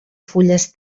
fulles